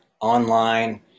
online